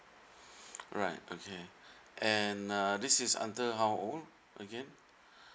alright okay and uh this is under how old okay